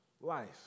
life